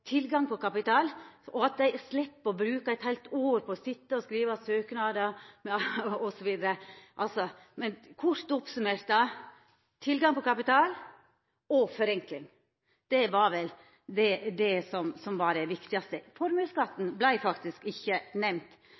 tilgang på kapital, og at dei slepp å bruka eit heilt år på å sitja og skriva søknader osv. For kort å summera opp: tilgang på kapital og forenkling – det var vel det som var det viktigaste. Formuesskatten vart faktisk ikkje